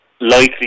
likely